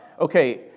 okay